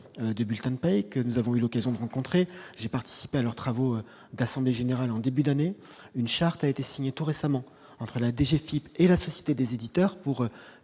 des bulletins de paie et que nous avons eu l'occasion de rencontrer, j'ai participé à leurs travaux d'assemblées générales en début d'année, une charte a été signée tout récemment entre l'Inde et j'ai Philippe et la société des éditeurs pour